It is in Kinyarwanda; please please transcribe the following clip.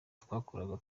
twakoraga